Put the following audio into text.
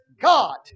God